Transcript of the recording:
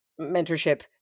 mentorship